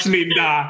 Linda